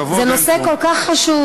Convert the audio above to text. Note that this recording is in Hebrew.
זה נושא כל כך חשוב.